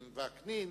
וקנין,